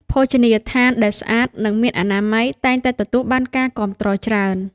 ភោជនីយដ្ឋានដែលស្អាត និងមានអនាម័យតែងតែទទួលបានការគាំទ្រច្រើន។